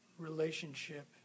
Relationship